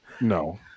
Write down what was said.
No